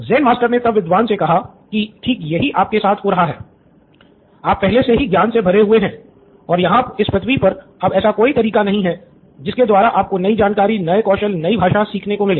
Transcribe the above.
Zen master ने तब विद्वान से कहा कि ठीक यही आपके साथ हो रहा है आप पहले से ही ज्ञान से भरे हुए हैं और यहाँ इस पृथ्वी पर अब ऐसा कोई तरीका नहीं है जिसके द्वारा आपको नई जानकारी नए कौशल नई भाषा सीखने को मिले